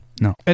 No